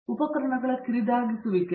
ಅಥವಾ ಉಪಕರಣಗಳ ಕಿರಿದಾಗಿಸುವಿಕೆ